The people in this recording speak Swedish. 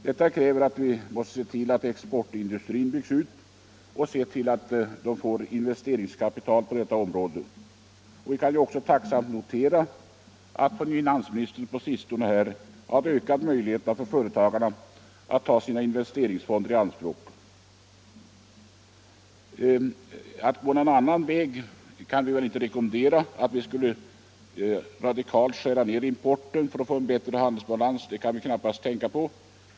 Detta kräver att vi ser till att exportindustrin byggs ut och att investeringarna på detta område gynnas. Vi kan därför med tacksamhet notera att finansministern på sistone har ökat möjligheterna för företagen att ta investeringsfonderna i anspråk. Att vi i vårt land skulle skära ner importen för att få en bättre betalningsbalans är knappast att tänka på.